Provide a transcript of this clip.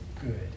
good